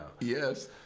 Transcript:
Yes